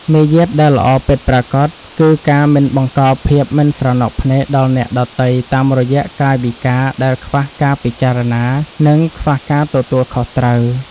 មារយាទដែលល្អពិតប្រាកដគឺការមិនបង្កភាពមិនស្រណុកភ្នែកដល់អ្នកដទៃតាមរយៈកាយវិការដែលខ្វះការពិចារណានិងខ្វះការទទួលខុសត្រូវ។